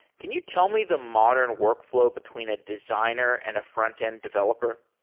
can you tell me the modern workflow between a designer and a front-end developer?